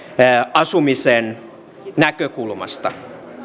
asumisen näkökulmasta